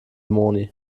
moni